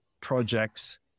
projects